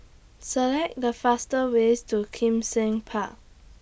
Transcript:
Select The fastest Way to Kim Seng Park